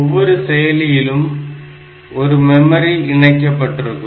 ஒவ்வொரு செயலியிலும் ஒரு மெமரி இணைக்கப்பட்டிருக்கும்